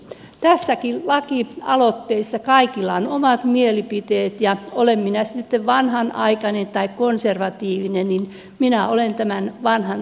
tässäkin lakialoitteessa kaikilla on omat mielipiteensä ja olen minä sitten vanhanaikainen tai konservatiivinen niin minä olen tämän vanhan avioliittolain kannalla